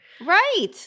Right